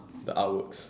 the artworks